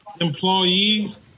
employees